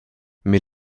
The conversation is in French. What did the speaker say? mais